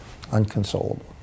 unconsolable